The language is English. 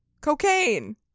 cocaine